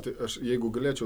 tai aš jeigu galėčiau